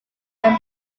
dan